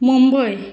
Mumbai